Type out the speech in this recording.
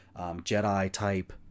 Jedi-type